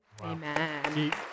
Amen